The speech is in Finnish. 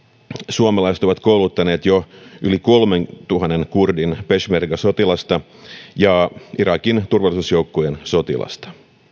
suomalaiset ovat kouluttaneet jo yli kolmentuhannen kurdien peshmerga sotilasta ja irakin turvallisuusjoukkojen sotilasta